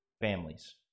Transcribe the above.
families